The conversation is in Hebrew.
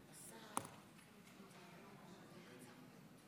תודה, אדוני.